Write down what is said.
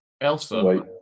Elsa